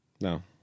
No